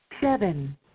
seven